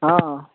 हां